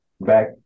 back